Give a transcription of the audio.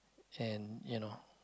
and you know